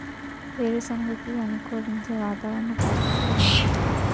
వేరుసెనగ కి అనుకూలించే వాతావరణ పరిస్థితులు ఏమిటి?